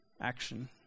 action